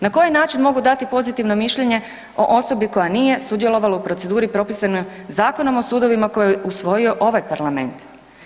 Na koji način mogu dati pozitivna mišljenje o osobi koja nije sudjelovala u proceduri propisanoj Zakonom o sudovima, koju je usvojio ovaj parlament?